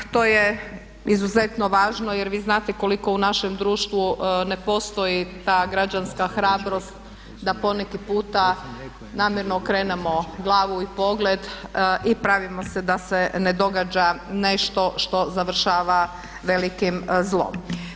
To je izuzetno važno jer vi znate koliko u našem društvu ne postoji ta građanska hrabrost da poneki puta namjerno okrenemo glavu i pogled i pravimo se da se ne događa nešto što završava velikim zlom.